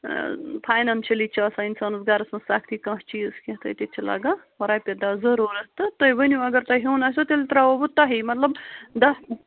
financially چھِ آسان اِنسانَس گَرَس منٛز سختی کانٛہہ چیٖز کیٚنٛہہ تہٕ أتی چھِ لَگان رۄپیہِ دَہ ضروٗرت تہٕ تُہۍ ؤنِو اگر تۄہہِ ہیوٚن آسٮ۪و تیٚلہِ ترٛاوہو بہٕ تُہی مطلب دَہ